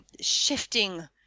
shifting